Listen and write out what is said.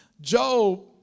Job